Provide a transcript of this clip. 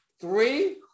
Three